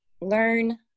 learn